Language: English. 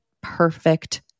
perfect